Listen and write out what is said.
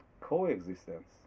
coexistence